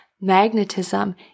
magnetism